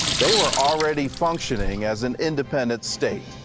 they were already functioning as an independent state.